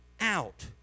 out